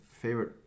favorite